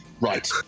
Right